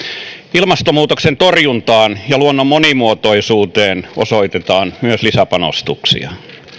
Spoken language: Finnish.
ilmastonmuutoksen torjuntaan ja luonnon monimuotoisuuteen osoitetaan lisäpanostuksia